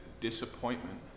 disappointment